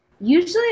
Usually